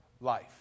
life